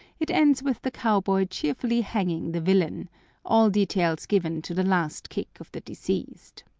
it ends with the cowboy cheerfully hanging the villain all details given to the last kick of the deceased.